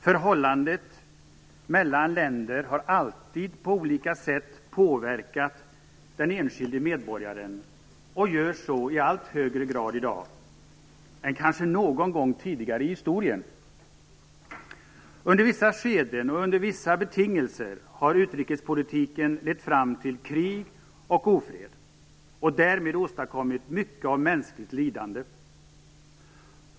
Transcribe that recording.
Förhållandet mellan länder har alltid på olika sätt påverkat den enskilde medborgaren och gör så i allt högre grad i dag än kanske någon gång tidigare i historien. Under vissa skeden och under vissa betingelser har utrikespolitiken lett fram till krig och ofred och därmed åstadkommit mycket av mänskligt lidande.